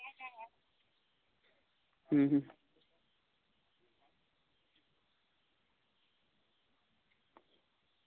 ᱦᱩᱸ ᱦᱩᱸ